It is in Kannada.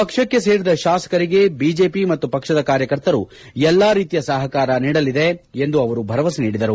ಪಕ್ಷಕ್ಕೆ ಸೇರಿದ ಶಾಸಕರಿಗೆ ಬಿಜೆಪಿ ಮತ್ತು ಪಕ್ಷದ ಕಾರ್ಯಕರ್ತರು ಎಲ್ಲ ರೀತಿಯ ಸಹಕಾರ ನೀಡಲಿದ್ದಾರೆ ಎಂದು ಅವರು ಭರವಸೆ ನೀಡಿದರು